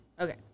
okay